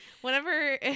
whenever